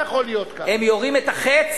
הם יורים את החץ